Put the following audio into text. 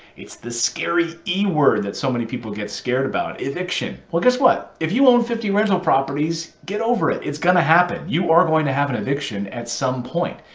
it's the scary e word that so many people get scared about. eviction. well, guess what, if you own fifty rental properties, get over it. it's going to happen. you are going to have an eviction at some point.